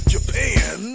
Japan